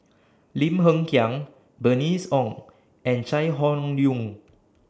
Lim Hng Kiang Bernice Ong and Chai Hon Yoong